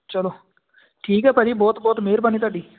ਚਲੋ ਠੀਕ ਹੈ ਭਾਅ ਜੀ ਬਹੁਤ ਬਹੁਤ ਮਿਹਰਬਾਨੀ ਤੁਹਾਡੀ